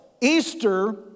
Easter